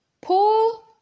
pull